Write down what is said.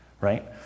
right